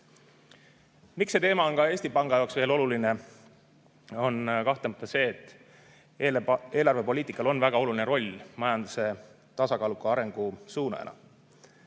Miks on see teema ka Eesti Panga jaoks oluline, on kahtlemata see, et eelarvepoliitikal on väga oluline roll majanduse tasakaaluka arengu suunajana.